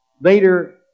later